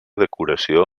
decoració